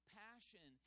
passion